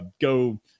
go